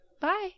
Bye